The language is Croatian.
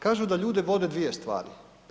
Kažu da ljude vode dvije stvari.